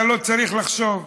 אתה לא צריך לחשוב,